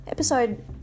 episode